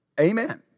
Amen